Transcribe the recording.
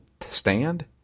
stand